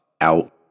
out